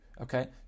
okay